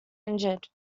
injured